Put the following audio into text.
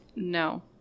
No